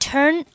Turn